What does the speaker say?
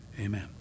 Amen